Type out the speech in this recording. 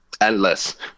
endless